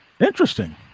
Interesting